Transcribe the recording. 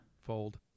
Fold